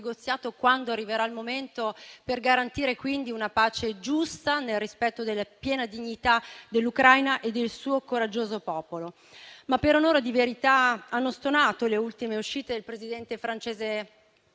quando arriverà il momento, per garantire una pace giusta nel rispetto della piena dignità dell'Ucraina e del suo coraggioso popolo. Ma per onore di verità, hanno stonato le ultime uscite del Presidente francese: